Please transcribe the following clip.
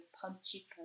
punchy